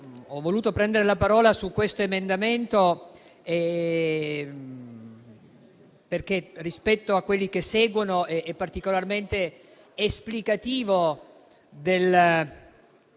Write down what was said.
ho voluto prendere la parola su questo emendamento, perché, rispetto a quelli che seguono, esso è particolarmente esplicativo del